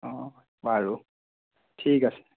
বাৰু ঠিক আছে